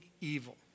evil